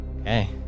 Okay